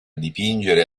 dipingere